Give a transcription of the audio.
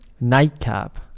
Nightcap